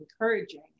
encouraging